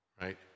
right